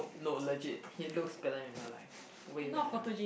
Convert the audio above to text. no legit he looks better in real life way better in real life